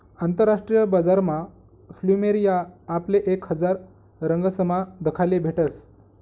आंतरराष्ट्रीय बजारमा फ्लुमेरिया आपले एक हजार रंगसमा दखाले भेटस